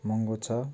महँगो छ